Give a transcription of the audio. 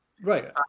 Right